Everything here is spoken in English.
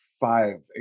five